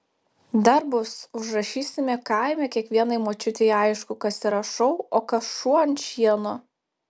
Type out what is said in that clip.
dar bus užrašysime kaime kiekvienai močiutei aišku kas yra šou o kas šuo ant šieno